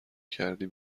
کردی